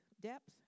depth